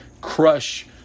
crush